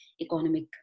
economic